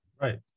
Right